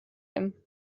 him